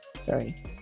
Sorry